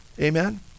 amen